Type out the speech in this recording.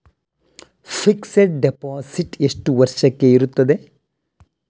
Fixed deposit ಎಷ್ಟು ವರ್ಷಕ್ಕೆ ಇರುತ್ತದೆ?